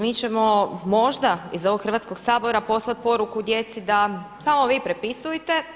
Mi ćemo možda iz ovog Hrvatskog sabora poslat poruku djeci da samo vi prepisujte.